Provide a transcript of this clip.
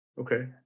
okay